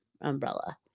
umbrella